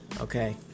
Okay